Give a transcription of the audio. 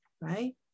right